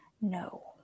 No